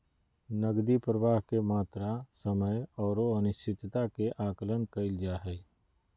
नकदी प्रवाह के मात्रा, समय औरो अनिश्चितता के आकलन कइल जा हइ